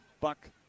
buck